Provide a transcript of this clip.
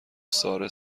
ساره